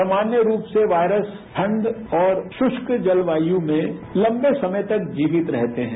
सामान्य रूप से वायरस ठंड और शुष्क जलवायु में लंबे समय तक जीवित रहते हैं